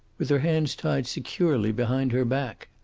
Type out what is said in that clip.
with her hands tied securely behind her back.